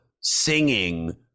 singing